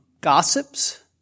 gossips